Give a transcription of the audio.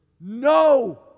no